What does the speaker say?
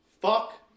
Fuck